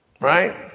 Right